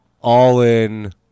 all-in